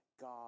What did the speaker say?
God